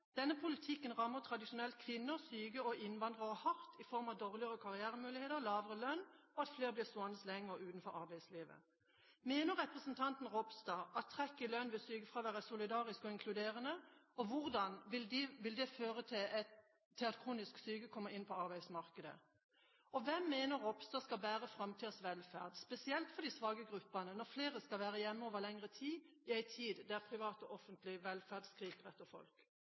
Denne politikken rammer tradisjonelt kvinner, syke og innvandrere hardt i form av dårligere karrieremuligheter, lavere lønn og at flere blir stående lenger utenfor arbeidslivet. Mener representanten Ropstad at trekk i lønn ved sykefravær er solidarisk og inkluderende, og hvordan vil det føre til at kronisk syke kommer inn på arbeidsmarkedet? Og hvem mener Ropstad skal bære framtidas velferd, spesielt for de svake gruppene, når flere skal være hjemme over lengre tid i en tid der privat og offentlig velferd skriker etter folk?